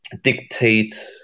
dictate